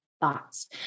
thoughts